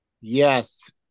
Yes